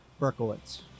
Berkowitz